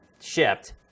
Shipped